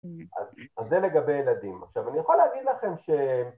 ‫אז זה לגבי ילדים. ‫עכשיו, אני יכול להגיד לכם ש...